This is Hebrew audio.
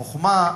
החוכמה,